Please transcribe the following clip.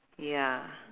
ya